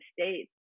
States